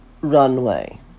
runway